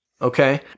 Okay